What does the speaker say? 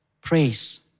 Praise